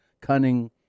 cunning